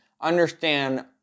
understand